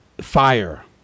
fire